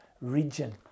region